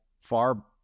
far